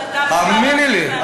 האמיני לי,